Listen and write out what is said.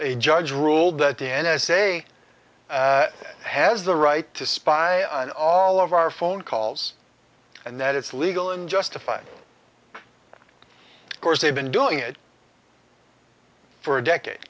judge ruled that the n s a has the right to spy on all of our phone calls and that it's legal and justified of course they've been doing it for a decade